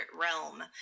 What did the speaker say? realm